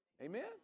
Amen